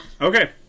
Okay